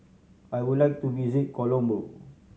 I would like to visit Colombo